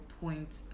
point